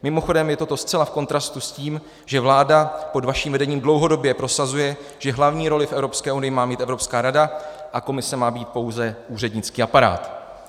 Mimochodem je toto zcela v kontrastu s tím, že vláda pod vaším vedením dlouhodobě prosazuje, že hlavní roli v Evropské unii má mít Evropská rada a Komise má být pouze úřednický aparát.